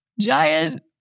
giant